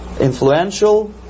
influential